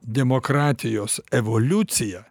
demokratijos evoliuciją